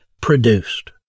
produced